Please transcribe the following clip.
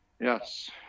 yes